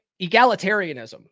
egalitarianism